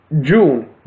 June